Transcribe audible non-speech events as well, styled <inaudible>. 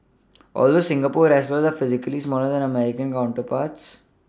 <noise> although Singapore wrestlers are physically smaller than their American counterparts